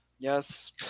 yes